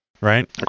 Right